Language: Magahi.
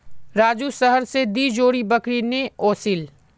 रामू शहर स दी जोड़ी बकरी ने ओसील